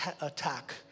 attack